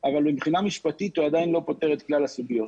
אבל מבחינה משפטית הוא עדיין לא פותר את כלל הסוגיות.